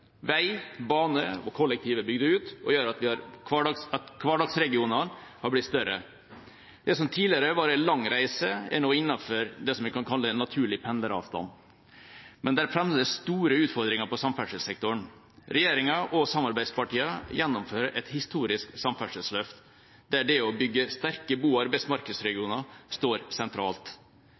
Vei, bane og kollektiv er bygd ut og gjør at hverdagsregionene har blitt større. Det som tidligere var en lang reise, er nå innenfor det vi kan kalle en naturlig pendleravstand. Men det er fremdeles store utfordringer i samferdselssektoren. Regjeringa og samarbeidspartiene gjennomfører et historisk samferdselsløft der det å bygge sterke bo- og arbeidsmarkedsregioner står sentralt.